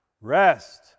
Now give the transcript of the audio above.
rest